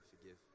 forgive